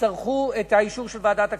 יצטרכו את האישור של ועדת הכספים.